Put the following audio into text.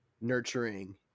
nurturing